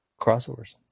crossovers